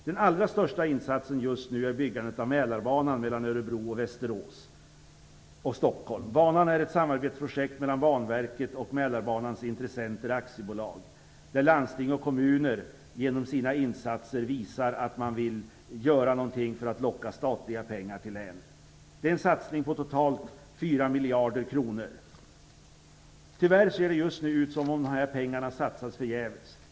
Den allra största insatsen just nu är byggandet av Mälarbanans Intressenter AB, där landsting och kommuner genom sina insatser visar att man vill göra något för att locka statliga pengar till länet. Det är en satsning på totalt 4 miljarder kronor. Tyvärr ser det just nu ut som om dessa pengar satsats förgäves.